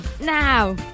Now